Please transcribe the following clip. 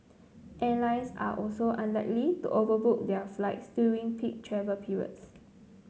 airlines are also unlikely to overbook their flights during peak travel periods